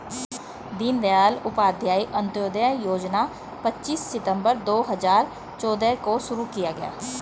दीन दयाल उपाध्याय अंत्योदय योजना पच्चीस सितम्बर दो हजार चौदह को शुरू किया गया